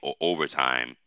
overtime